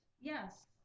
Yes